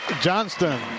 Johnston